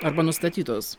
arba nustatytos